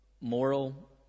moral